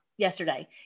Yesterday